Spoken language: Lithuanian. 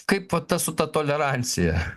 kaip vat ta su ta tolerancija